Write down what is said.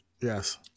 yes